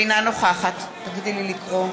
אינה נוכחת רבותיי, אני מבקשת ממזכירת הכנסת לעבור